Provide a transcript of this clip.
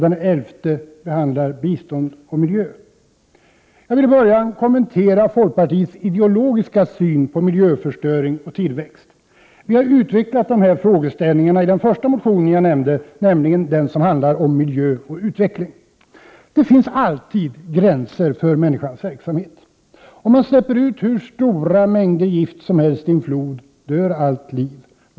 Den elfte behandlar bistånd och miljö. Jag vill börja med att kommentera folkpartiets ideologiska syn på miljöförstöring och tillväxt. Vi har utvecklat dessa tankegångar i den första motionen jag nämnde, nämligen den som handlar om miljö och utveckling. Det finns alltid gränser för människans verksamhet. Om man släpper ut hur stora mängder gift som helst i en flod dör allt liv.